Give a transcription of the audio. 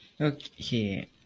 Okay